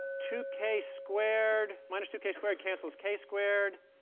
two k squared minus two k squared cancels k squared.